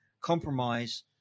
compromise